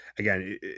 Again